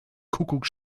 kuckuck